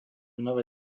nové